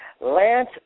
Lance